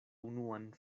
unuan